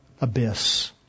abyss